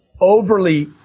overly